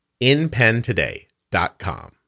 InPentoday.com